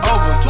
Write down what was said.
Over